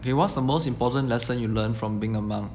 okay what's the most important lesson you learnt from being a monk